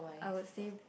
I would say